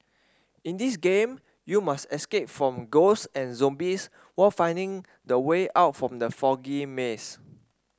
in this game you must escape from ghost and zombies while finding the way out from the foggy maze